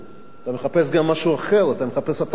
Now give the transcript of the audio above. אתה מחפש גם משהו אחר, אתה מחפש אטרקציות,